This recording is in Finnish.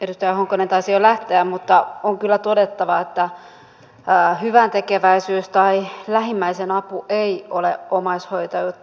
edustaja honkonen taisi jo lähteä mutta on kyllä todettava että hyväntekeväisyys tai lähimmäisen apu ei ole omaishoitajuutta